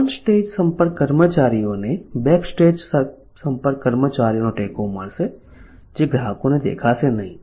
on stage સંપર્ક કર્મચારીઓને backstage સંપર્ક કર્મચારીઓનો ટેકો મળશે જે ગ્રાહકોને દેખાશે નહીં